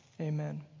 Amen